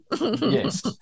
Yes